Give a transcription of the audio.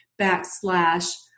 backslash